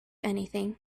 anything